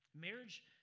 Marriage